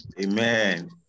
Amen